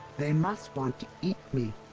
they must want to eat me!